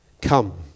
come